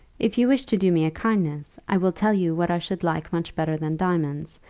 if you wish to do me a kindness, i will tell you what i should like much better than diamonds,